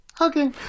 Okay